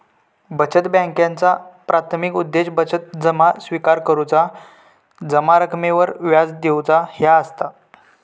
बचत बॅन्कांचा प्राथमिक उद्देश बचत जमा स्विकार करुची, जमा रकमेवर व्याज देऊचा ह्या असता